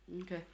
Okay